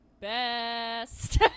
best